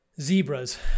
zebras